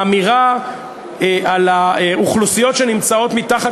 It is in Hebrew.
האמירה על האוכלוסיות שנמצאות מתחת